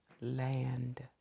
Land